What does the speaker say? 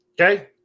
Okay